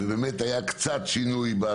באמת היה קצת שינוי.